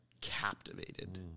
captivated